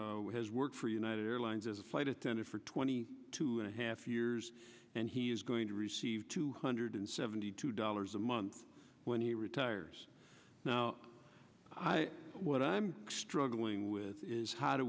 has worked for united airlines as a flight attendant for twenty two and a half years and he is going to receive two hundred seventy two dollars a month when he retires now what i'm struggling with is how do